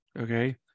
okay